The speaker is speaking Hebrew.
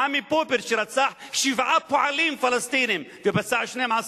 עמי פופר שרצח שבעה פועלים ופצע 12,